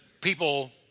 people